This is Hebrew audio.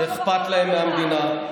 שאכפת להם מהמדינה,